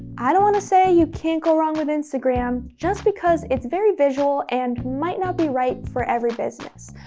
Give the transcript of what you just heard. i don't want to say you can't go wrong with instagram just because it's very visual and might not be right for every business,